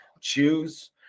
choose